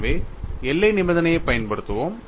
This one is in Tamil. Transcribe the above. எனவே எல்லை நிபந்தனையைப் பயன்படுத்துவோம்